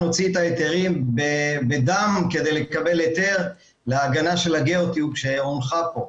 הוציא את ההיתרים בדם כדי לקבל היתר להגנה של הגיאוטיוב שהונחה פה.